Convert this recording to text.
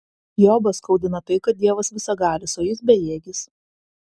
jobą skaudina tai kad dievas visagalis o jis bejėgis